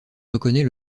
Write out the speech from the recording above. reconnait